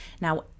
Now